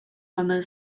mamy